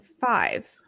five